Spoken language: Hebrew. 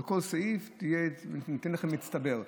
על כל סעיף ניתן לכם במצטבר.